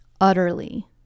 utterly